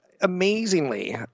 amazingly